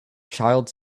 child